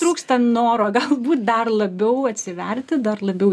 trūksta noro galbūt dar labiau atsiverti dar labiau